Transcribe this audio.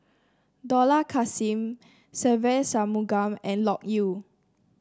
Dollah Kassim Se Ve Shanmugam and Loke Yew